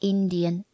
Indian